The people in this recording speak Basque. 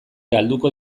galduko